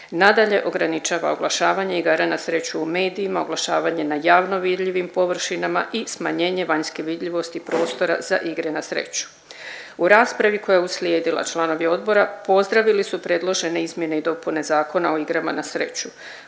Nadalje, ograničava oglašavanje igara na sreću u medijima, oglašavanje na javno vidljivim površinama i smanjenje vanjske vidljivosti prostora za igre na sreću. U raspravi koja je uslijedila članovi odbora pozdravili su predložene izmjene i dopune Zakona o igrama na sreću.